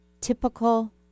typical